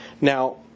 Now